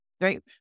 right